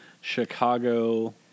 Chicago